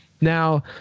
Now